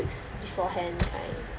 weeks beforehand like